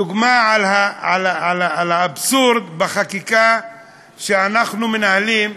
דוגמה לאבסורד בחקיקה שאנחנו מנהלים,